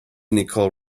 nicole